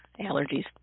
Allergies